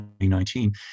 2019